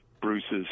Bruce's